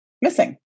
missing